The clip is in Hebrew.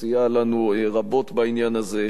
שסייע לנו רבות בעניין הזה,